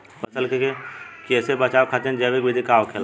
फसल के कियेसे बचाव खातिन जैविक विधि का होखेला?